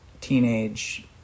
teenage